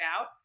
out